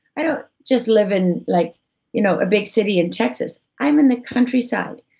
i don't just live in like you know a big city in texas, i'm in the countryside.